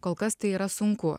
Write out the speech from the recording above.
kol kas tai yra sunku